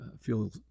feel